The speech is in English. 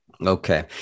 Okay